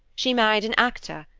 she married an actor,